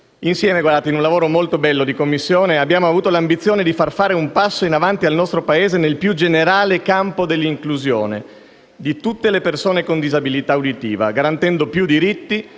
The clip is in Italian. Insieme, in un lavoro molto bello di Commissione, abbiamo avuto l'ambizione di far fare un passo in avanti al nostro Paese nel più generale campo dell'inclusione di tutte le persone con disabilità auditiva, garantendo più diritti